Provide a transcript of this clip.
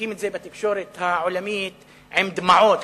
מציגים את זה בתקשורת העולמית עם דמעות,